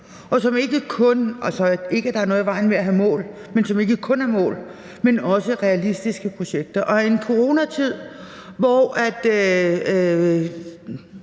her er ikke kun mål, men også realistiske projekter. Og i en coronatid, hvor